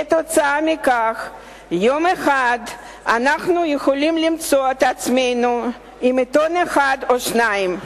כתוצאה מכך יום אחד אנחנו יכולים למצוא את עצמנו עם עיתון אחד או שניים.